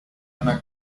una